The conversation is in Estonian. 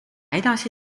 edasi